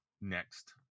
next